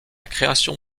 création